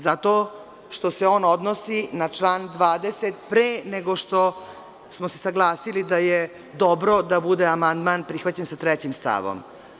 Zato što se on odnosi na član 20. pre nego što smo se saglasili da je dobro da bude amandman prihvaćen sa trećim stavom.